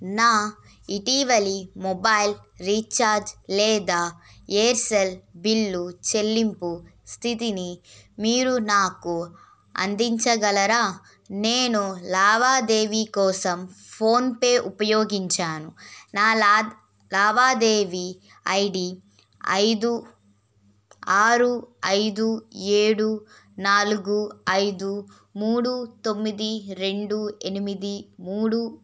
నా ఇటీవలి mobile recharge లేదా ఏర్సెల్ బిల్లు చెల్లింపు స్థితిని మీరు నాకు అందించగలరా నేను లావాదేవీ కోసం ఫోన్పే ఉపయోగించాను నా లావాదేవీ ఐ డి ఐదు ఆరు ఐదు ఏడు నాలుగు ఐదు మూడు తొమ్మిది రెండు ఎనిమిది మూడు